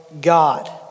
God